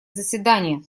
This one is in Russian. заседания